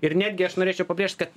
ir netgi aš norėčiau pabrėžt kad